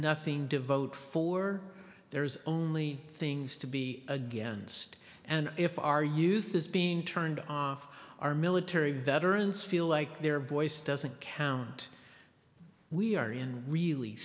nothing to vote for there's only things to be against and if our youth is being turned off our military veterans feel like their voice doesn't count we are in really